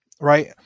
right